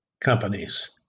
Companies